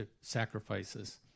sacrifices